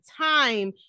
time